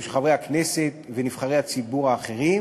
של חברי הכנסת ונבחרי הציבור האחרים,